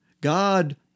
God